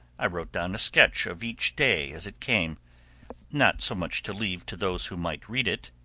i wrote down a sketch of each day as it came not so much to leave to those who might read it,